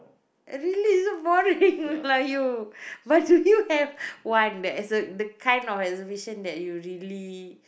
really it's boring lah like you but do you have one that's the the kind of exhibition that you really